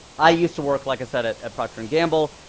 i used to work, like i said, at at procter and gamble.